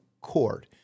court